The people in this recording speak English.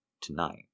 tonight